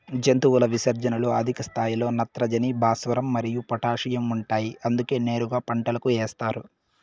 జంతువుల విసర్జనలలో అధిక స్థాయిలో నత్రజని, భాస్వరం మరియు పొటాషియం ఉంటాయి అందుకే నేరుగా పంటలకు ఏస్తారు